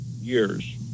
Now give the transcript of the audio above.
years